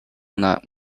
not